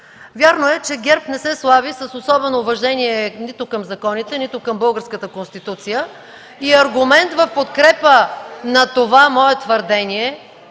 Вярно е, че ГЕРБ не се слави с особено уважение нито към законите, нито към българската Конституция (реплики от ГЕРБ) и аргумент в подкрепа на това мое твърдение е